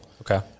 Okay